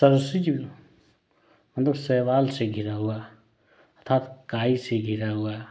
सरसिज मतलब शैवाल से घिरा हुआ तथा काई से घिरा हुआ